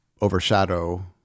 overshadow